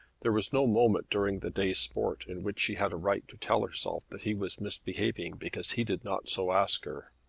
there was no moment during the day's sport in which she had a right to tell herself that he was misbehaving because he did not so ask her.